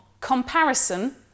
comparison